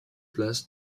place